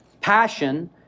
passion